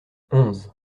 onze